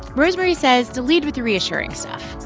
rosemarie says to lead with the reassuring stuff.